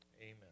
Amen